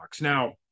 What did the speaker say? now